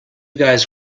guys